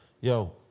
Yo